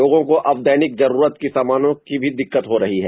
लोगों को अब दैनिक जरूरत की सामानों की भी दिक्कत हो रही है